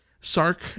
Sark